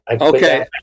okay